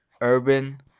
urban